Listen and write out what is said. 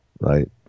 right